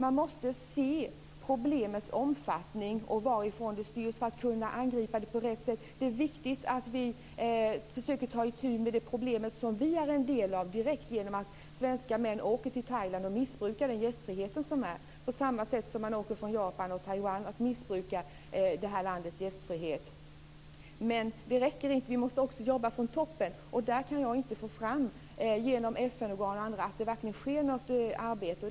Man måste se problemets omfattning och varifrån det styrs för att kunna angripa det på rätt sätt. Det är viktigt att vi försöker ta itu med det problem som Sverige direkt är en del av genom att svenska män åker till Thailand och missbrukar den gästfrihet som finns där, på samma sätt som man åker från Japan och Taiwan och missbrukar den. Men detta räcker inte. Vi måste också jobba från toppen. Där kan inte jag genom FN-organ och på andra sätt få fram att det verkligen sker något arbete.